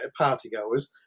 partygoers